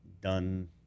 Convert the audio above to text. done